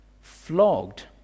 flogged